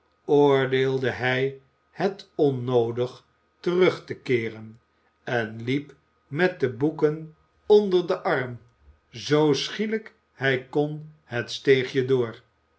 oordeelde hij het onnoodig terug te keeren en liep met de boeken onder den arm zoo schielijk hij kon het steegje door